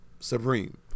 supreme